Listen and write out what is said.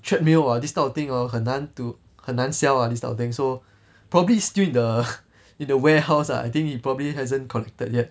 treadmill !wah! this type of thing hor 很难 to 很难 sell lah this kind of thing so probably still in the in the warehouse ah I think he probably hasn't collected yet